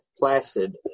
placid